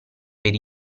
per